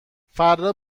فردا